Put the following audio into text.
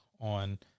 on